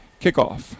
kickoff